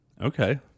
Okay